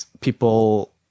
people